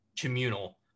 communal